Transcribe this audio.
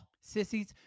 Sissies